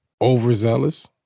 overzealous